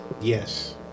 Yes